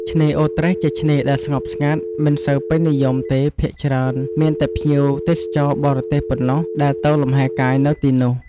ឆ្នេរអូរត្រេស ជាឆ្នេរដែលស្ងប់ស្ងាត់ មិនសូវពេញនិយមទេភាគច្រើនមានតែភ្ញៀវទេសចរបរទេសប៉ុណ្ណោះដែលទៅលំហែកាយនៅទីនោះ។